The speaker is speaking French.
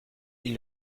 ils